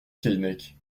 keinec